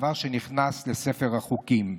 דבר שנכנס לספר החוקים.